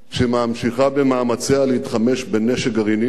שממשיכה במאמציה להתחמש בנשק גרעיני.